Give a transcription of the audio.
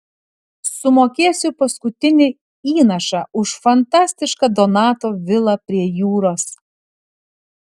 sumokėsiu paskutinį įnašą už fantastišką donato vilą prie jūros